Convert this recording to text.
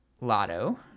lotto